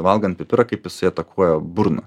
valgant pipirą kaip jisai atakuoja burną